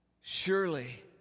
Surely